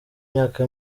myaka